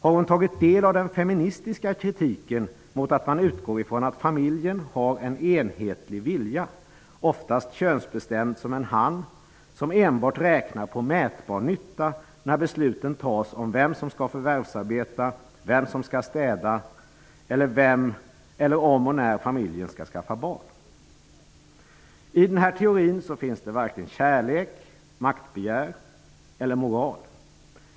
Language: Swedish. Har hon tagit del av den feministiska kritiken mot att man utgår ifrån att familjen har en enhetlig vilja -- oftast könsbestämd som en han -- som enbart räknar på mätbar nytta när besluten fattas om vem som skall förvärvsarbeta och vem som skall städa eller om och när familjen skall skaffa barn? I den här teorin finns det varken kärlek, maktbegär eller moral.